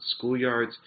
schoolyards